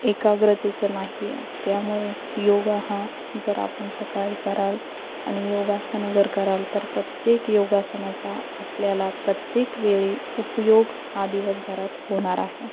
एकाग्रतेचं नाहीये त्यामुळे योगा हा जर आपण सकाळी कराल आणि योगासनं जर कराल तर प्रत्येक योगासनाचा आपल्याला प्रत्येक वेळी उपयोग हा दिवसभरात होणार आहे